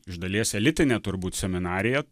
iš dalies elitinė turbūt seminarija